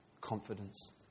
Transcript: confidence